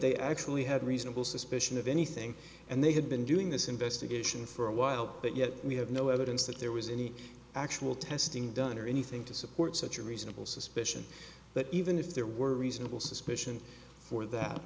they actually had reasonable suspicion of anything and they had been doing this investigation for a while but yet we have no evidence that there was any actual testing done or anything to support such a reasonable suspicion that even if there were reasonable suspicion for